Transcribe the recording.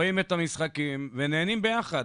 רואים את המשחקים ונהנים ביחד,